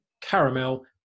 caramel